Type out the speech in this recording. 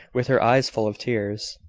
with her eyes full of tears.